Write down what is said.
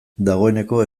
dagoeneko